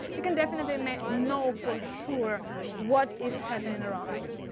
we can definitely i mean know for sure what is happening around you.